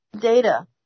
data